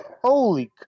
Holy